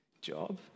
job